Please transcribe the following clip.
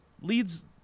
leads